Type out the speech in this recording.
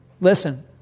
listen